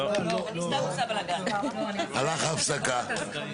הלכה ההפסקה.